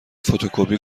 فتوکپی